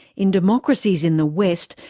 in democracies in the west,